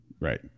Right